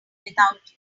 without